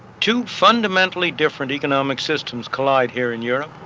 two fundamentally different economic systems collide here in europe,